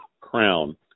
crown